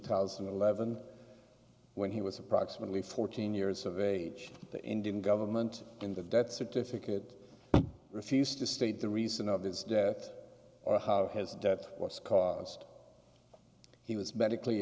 thousand and eleven when he was approximately fourteen years of age the indian government in the death certificate refused to state the reason of his death or how his death was caused he was medically